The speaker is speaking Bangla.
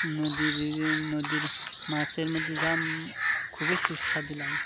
নদীর নদীর মাছের মধ্যে যা খুবই সুস্বাদু লাগে